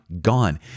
gone